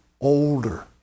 older